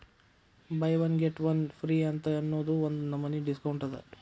by one get one free ಅಂತ್ ಅನ್ನೂದು ಒಂದ್ ನಮನಿ ಡಿಸ್ಕೌಂಟ್ ಅದ